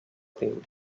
tempo